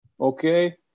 Okay